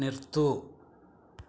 നിർത്തൂ